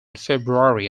february